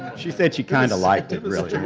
she said she kind of liked it, really.